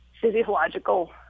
physiological